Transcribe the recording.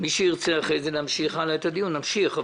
ומי שירצה אחרי כן להמשיך הלאה את הדיון נמשיך,